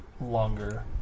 longer